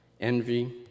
envy